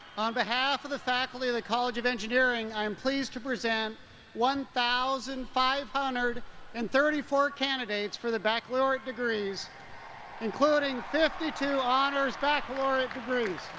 on behalf of the faculty of the college of engineering, i am pleased to present one thousand five hundred and thirty four candidates for baccalaureate degrees including fifty two honors baccalaureate degrees.